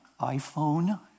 iPhone